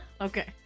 Okay